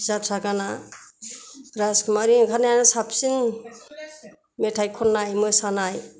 जाथ्रा गाना राजकुमारि ओंखारनायानो साबसिन मेथाइ खननाय मोसानाय